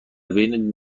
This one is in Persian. بین